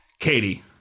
Katie